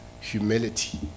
humility